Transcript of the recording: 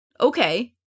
Okay